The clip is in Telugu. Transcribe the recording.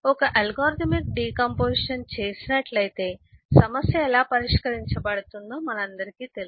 ఒక అల్గోరిథమిక్ డికాంపొజిషన్ చేసినట్లయితే సమస్య ఎలా పరిష్కరించబడుతుందో మనందరికీ తెలుసు